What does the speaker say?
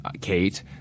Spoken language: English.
Kate